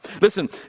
Listen